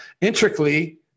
intricately